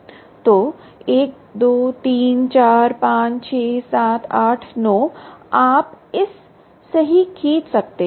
तो 1 2 3 4 5 6 7 8 9 आप इस सही खींच सकते हैं